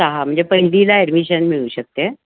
सहा म्हणजे पहिलीला ॲडमिशन मिळू शकते